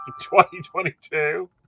2022